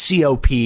COP